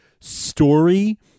story